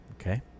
Okay